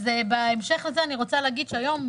אז בהמשך לזה אני רוצה להגיד שהיום,